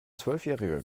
zwölfjähriger